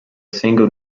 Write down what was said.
single